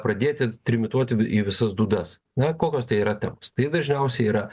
pradėti trimituoti į visas dūdas na koks tai yra temos tai dažniausiai yra